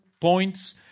points